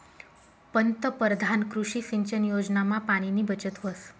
पंतपरधान कृषी सिंचन योजनामा पाणीनी बचत व्हस